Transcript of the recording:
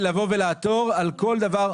הם יכולים לעתור על כל דבר.